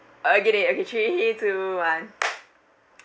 okay they okay three two one